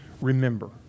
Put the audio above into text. remember